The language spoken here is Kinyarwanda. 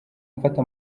mfata